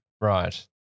right